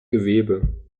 gewebe